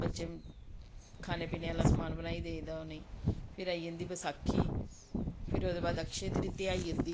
बच्चे खाने पीने आह्ला समान बनाई दे दा उन्हें फिर आई जन्दी बसाखी फिर ओह्दे बाद अक्षय तृतिया आई जन्दी